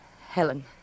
Helen